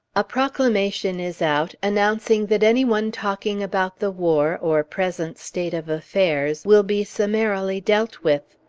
a proclamation is out announcing that any one talking about the war, or present state of affairs, will be summarily dealt with.